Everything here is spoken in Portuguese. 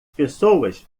pessoas